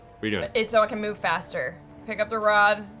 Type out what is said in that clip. you know it's so i can move faster. pick up the rod.